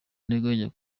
nteganya